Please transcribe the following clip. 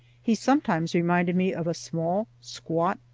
he sometimes reminded me of a small, squat,